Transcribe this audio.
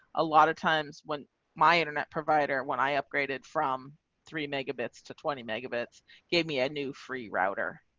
a lot of times when my internet provider. when i upgraded from three megabits to twenty megabits gave me a new free router.